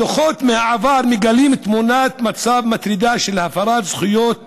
הדוחות מהעבר מגלים תמונת מצב מטרידה של הפרת זכויות